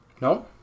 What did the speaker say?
no